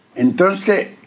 Entonces